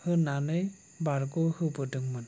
होनानै बारग'होबोदोंमोन